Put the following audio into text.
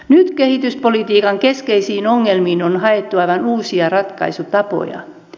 nyt kehityspolitiikan keskeisiin ongelmiin on haettu aivan uusia ratkaisutapoja